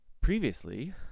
Previously